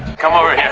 come over